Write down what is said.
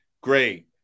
great